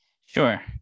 sure